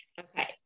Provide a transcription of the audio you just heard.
Okay